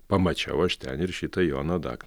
pamačiau aš ten ir šitą joną dak